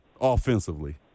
offensively